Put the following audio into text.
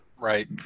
Right